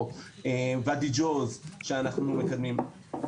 או וואדי ג'וז ששם אנחנו מקדמים תוכנית,